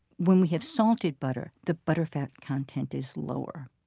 when we have salted butter, the butterfat content is lower.